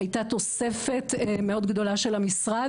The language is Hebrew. הייתה תוספת מאוד גדולה של המשרד.